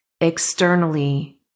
externally